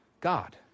God